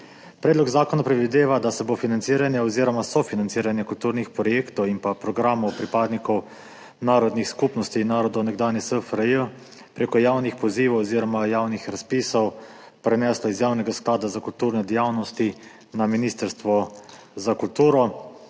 Predlog zakona predvideva, da se bo financiranje oziroma sofinanciranje kulturnih projektov in programov pripadnikov narodnih skupnosti in narodov nekdanje SFRJ prek javnih pozivov oziroma javnih razpisov preneslo iz Javnega sklada za kulturne dejavnosti na Ministrstvo za kulturo.